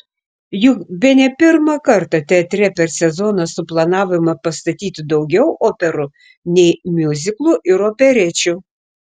juk bene pirmą kartą teatre per sezoną suplanavome pastatyti daugiau operų nei miuziklų ir operečių